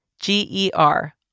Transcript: G-E-R